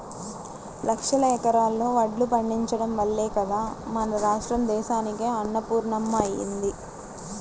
లక్షల ఎకరాల్లో వడ్లు పండించడం వల్లే గదా మన రాష్ట్రం దేశానికే అన్నపూర్ణమ్మ అయ్యింది